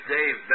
Dave